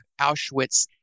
Auschwitz